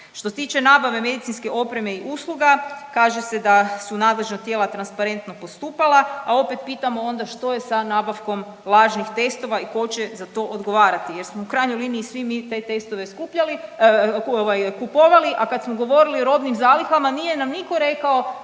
Što se tiče nabavke medicinske opreme i usluga kaže se da su nadležna tijela transparentno postupala, a opet pitamo onda što je sa nabavkom lažnih testova i tko će za to odgovarati jer smo u krajnjoj liniji svi mi te testove skupljali ovaj kupovali, a kad smo govorili o robnim zalihama nije nam nitko rekao